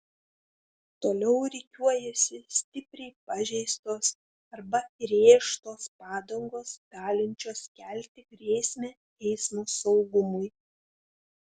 toliau rikiuojasi stipriai pažeistos arba įrėžtos padangos galinčios kelti grėsmę eismo saugumui